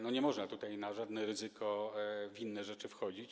Nie można tutaj na żadne ryzyko w inne rzeczy wchodzić.